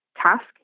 task